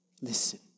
Listen